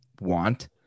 want